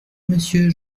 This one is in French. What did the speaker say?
monsieur